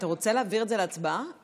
אתה רוצה להעביר את זה לוועדה?